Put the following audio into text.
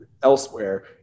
elsewhere